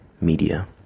media